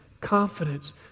confidence